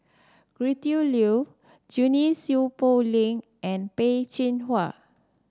Gretchen Liu Junie Sng Poh Leng and Peh Chin Hua